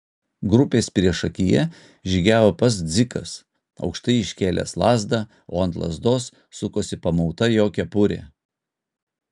grupės priešakyje žygiavo pats dzikas aukštai iškėlęs lazdą o ant lazdos sukosi pamauta jo kepurė